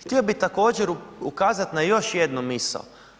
Htio bih također, ukazati na još jednu misao.